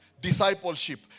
discipleship